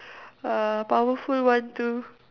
err powerful one too